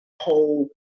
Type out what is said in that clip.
whole